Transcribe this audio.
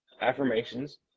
affirmations